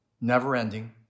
never-ending